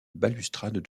balustrade